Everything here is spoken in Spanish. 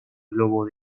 globo